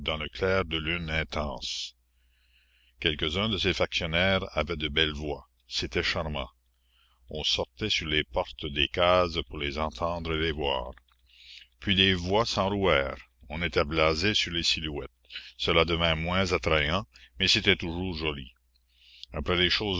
le clair de lune intense quelques-uns de ces factionnaires avaient de belles voix c'était charmant on sortait sur les portes des cases pour les entendre et les voir puis les voix s'enrouèrent on était blasé sur les silhouettes cela devint moins attrayant mais c'était toujours joli après les choses